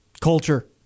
culture